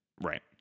Right